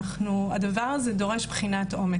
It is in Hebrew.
הדבר הזה דורש בחינת עומק,